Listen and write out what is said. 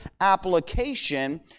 application